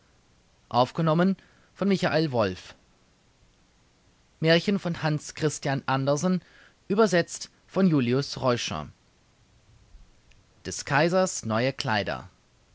des kaisers neue kleider